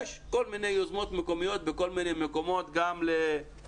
יש כל מיני יוזמות מקומיות בכל מיני מקומות גם לעשות